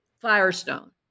Firestone